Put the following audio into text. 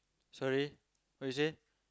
sorry what you say